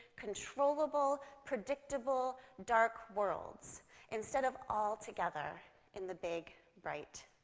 controllable, predictable, dark worlds instead of all together in the big, bright,